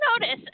notice